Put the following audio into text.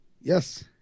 yes